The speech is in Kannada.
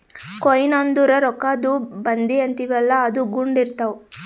ಕೊಯ್ನ್ ಅಂದುರ್ ರೊಕ್ಕಾದು ಬಂದಿ ಅಂತೀವಿಯಲ್ಲ ಅದು ಗುಂಡ್ ಇರ್ತಾವ್